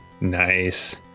Nice